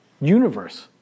universe